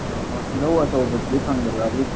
ꯇꯤꯜꯍꯧ ꯑꯆꯧꯕꯗꯨꯗꯤ ꯐꯪꯗꯕ꯭ꯔꯥ ꯍꯧꯖꯤꯛ